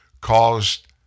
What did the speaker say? caused